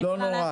לא נורא.